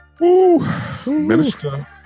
minister